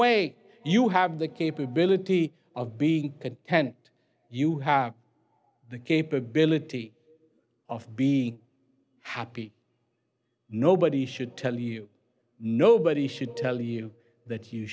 way you have the capability of being content you have the capability of be happy nobody should tell you nobody should tell you that you